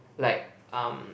like um